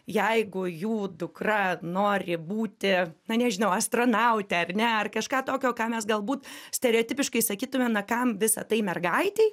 jeigu jų dukra nori būti na nežinau astronaute ar ne ar kažką tokio ką mes galbūt stereotipiškai sakytumėm na kam visa tai mergaitei